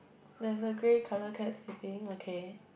there is a grey colour cat sleeping okay